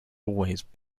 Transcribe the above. always